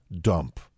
dump